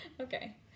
Okay